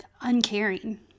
uncaring